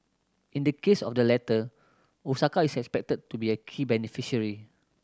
in the case of the letter Osaka is expected to be a key beneficiary